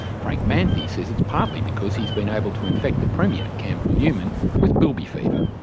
frank manthey says it's partly because he's been able to infect the premier campbell newman with bilby fever.